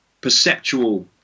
perceptual